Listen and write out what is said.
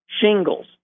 shingles